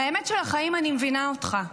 אני מבינה אותך.